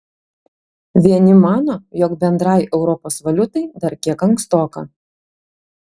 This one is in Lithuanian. vieni mano jog bendrai europos valiutai dar kiek ankstoka